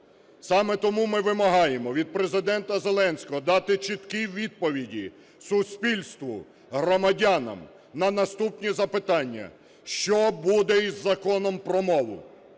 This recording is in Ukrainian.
Саме тому ми вимагаємо від Президента Зеленського дати чіткі відповіді суспільству, громадянам на наступні запитання: що буде із Законом про мову,